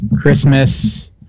Christmas